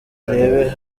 urebe